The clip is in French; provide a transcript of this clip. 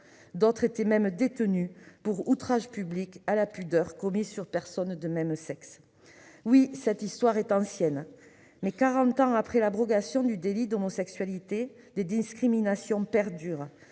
d'autres étaient même détenus pour « outrage public à la pudeur commis sur personne de même sexe ». Oui, cette histoire est ancienne, mais quarante après l'abrogation du délit d'homosexualité, des discriminations perdurent.